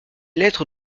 lettres